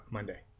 Monday